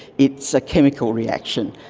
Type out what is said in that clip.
it's a chemical reaction.